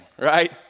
right